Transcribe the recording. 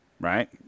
right